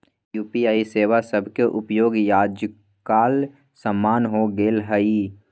UPI सेवा सभके उपयोग याजकाल सामान्य हो गेल हइ